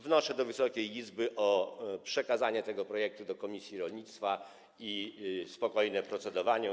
Wnoszę do Wysokiej Izby o przekazanie tego projektu do komisji rolnictwa i o spokojne procedowanie nad nim.